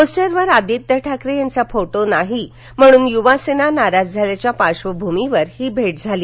पोस्टरवर आदित्य ठाकरे यांचा फोटो नाही म्हणुन युवासेना नाराज झाल्याच्या पार्श्वभूमीवर ही भेट झाली